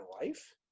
life